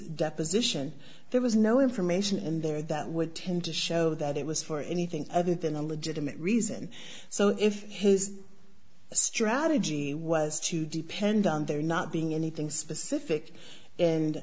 deposition there was no information in there that would tend to show that it was for anything other than a legitimate reason so if his strategy was to depend on there not being anything specific and